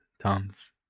Tom's